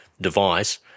device